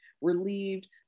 relieved